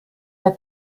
der